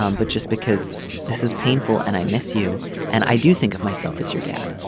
um but just because this is painful and i miss you and i do think of myself as your dad.